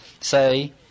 say